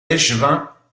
échevin